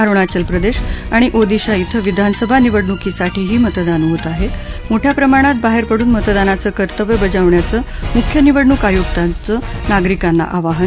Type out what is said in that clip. अरुणाचल प्रदक्षआणि ओदिशा इथं विधानसभा निवडणूकीसाठीही मतदान होत आहमोठ्या प्रमाणात बाहर अंध मतदानाचं कर्तव्य बजावण्याचं मुख्य निवडणूक आयुक्तांचं नागरिकांना आवाहन